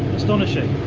astonishing!